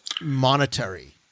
monetary